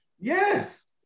Yes